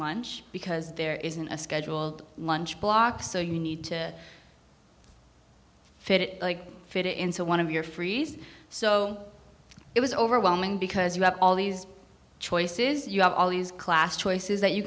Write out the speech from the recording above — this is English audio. lunch because there isn't a scheduled lunch block so you need to fit it fit into one of your frees so it was overwhelming because you have all these choices you have all these class choices that you